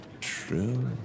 True